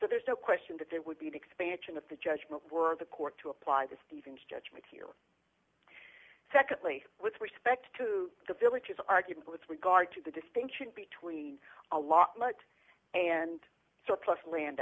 so there's no question that there would be an expansion of the judgment of the court to apply the stevens judgment secondly with respect to the villages argument with regard to the distinction between allotment and plus land